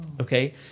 okay